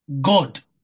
God